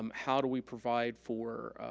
um how do we provide for